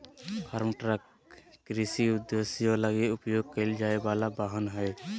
farm truck कृषि उद्देश्यों लगी उपयोग कईल जाय वला वाहन हइ